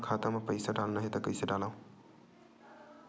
मोर खाता म पईसा डालना हे त कइसे डालव?